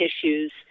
issues